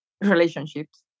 relationships